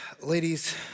Ladies